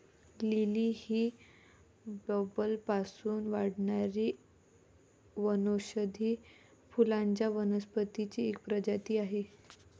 lily ही बल्बपासून वाढणारी वनौषधी फुलांच्या वनस्पतींची एक प्रजाती आहे